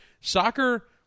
Soccer